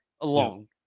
alone